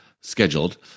scheduled